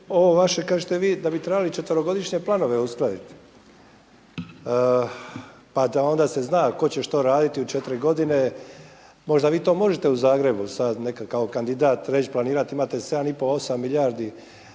ovo vaše kažete vi da bi trebali četverogodišnje planove uskladiti, pa da onda se zna tko će što raditi u četiri godine. Možda vi to možete u Zagrebu sad kao kandidat reći, planirati. Imate 7 i pol, 8 milijardi